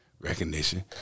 recognition